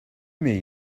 mais